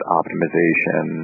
optimization